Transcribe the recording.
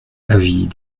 avis